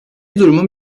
durumun